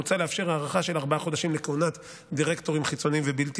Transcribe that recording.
מוצע לאפשר הארכה של ארבעה חודשים לכהונת דירקטורים חיצוניים ובלתי